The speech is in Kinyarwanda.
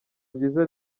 byiza